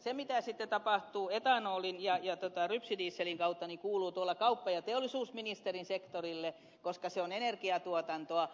se mitä sitten tapahtuu etanolin ja rypsidieselin kautta kuuluu kauppa ja teollisuusministerin sektorille koska se on energiatuotantoa